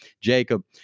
Jacob